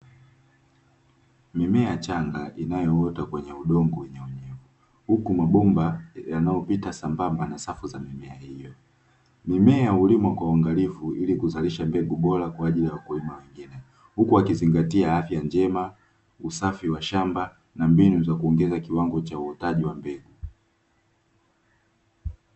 Mimea changa inayoota kwenye udongo wenye unyevu huku mabomba yanayopita sambamba na safu za mimea hiyo. Mimea hulimwa kwa uangalifu ili kuzalisha mbegu bora kwa ajili ya wakulima wengine huku wakizingatia afya njema, usafi wa shamba na mbinu wa kuongeza kiwango cha uotaji wa mbegu.